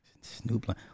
snoop